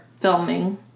Filming